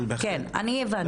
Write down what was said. כן אני הבנתי,